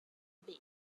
bay